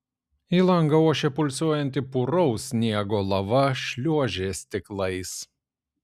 į langą ošė pulsuojanti puraus sniego lava šliuožė stiklais